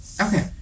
Okay